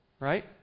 right